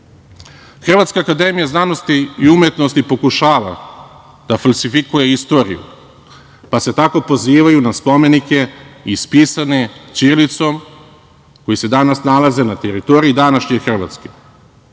akademija znanosti i umetnosti pokušava da falsifikuje istoriju, pa se tako pozivaju na spomenike ispisane ćirilicom, koji se danas nalaze na teritoriji današnje Hrvatske.